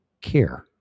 care